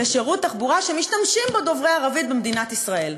בשירות תחבורה שמשתמשים בו דוברי ערבית במדינת ישראל?